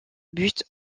but